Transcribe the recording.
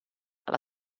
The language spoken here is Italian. alla